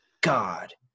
God